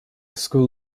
school